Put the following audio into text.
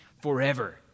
forever